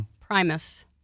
primus